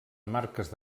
marques